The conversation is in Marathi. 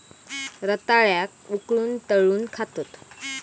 रताळ्याक उकळवून, तळून खातत